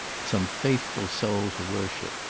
some faithful soul to worship.